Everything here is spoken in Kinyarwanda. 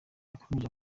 yakomeje